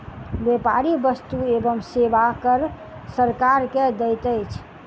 व्यापारी वस्तु एवं सेवा कर सरकार के दैत अछि